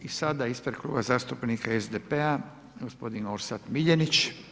Sada ispred Kluba zastupnika SDP-a gospodin Orsat Miljenić.